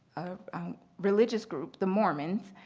religious group, the mormons,